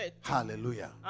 hallelujah